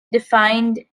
defined